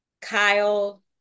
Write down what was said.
Kyle-